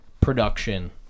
production